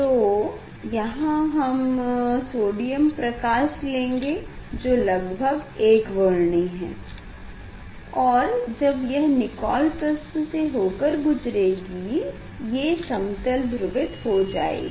तो यहाँ हम सोडियम प्रकाश लेंगे जो लगभग एकवर्णी है और जब यह निकोल प्रिस्म से होकर गुजरेगी ये समतल ध्रुवित हो जाएगी